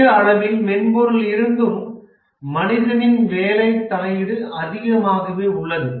பெரிய அளவில் மென்பொருள் இருந்தும் மனிதனின் வேலை தலையீடு அதிகமாகவே உள்ளது